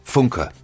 Funke